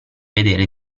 vedere